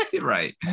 Right